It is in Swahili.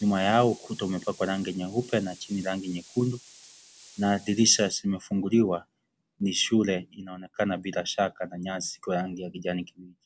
Nyuma yao ukuta umepakwa rangi nyeupe na chini rangi nyekundu, na dirisha zimefunguliwa ni shule inaonekana bila shaka na nyasi ikiwa ya rangi ya kijani kibichi.